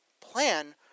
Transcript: plan